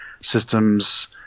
systems